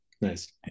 Nice